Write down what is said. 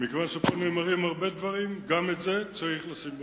שפה נאמרים הרבה דברים, גם את זה צריך לשים במקום.